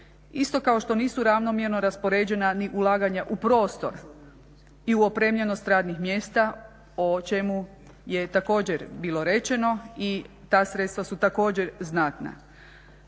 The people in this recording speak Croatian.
isto kao što nisu ravnomjerno raspoređena ni ulaganja u prostor i u opremljenost radnih mjesta, o čemu je također bilo rečeno i ta sredstva su također znatna.